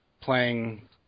playing